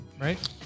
right